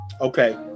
Okay